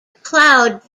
cloud